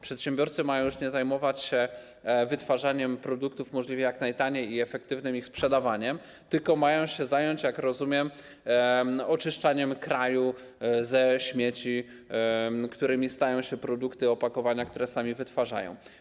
Przedsiębiorcy mają już nie zajmować się wytwarzaniem produktów możliwie jak najtaniej i efektywnym ich sprzedawaniem, tylko mają się zająć, jak rozumiem, oczyszczaniem kraju ze śmieci, którymi stają się produkty, opakowania, które sami wytwarzają.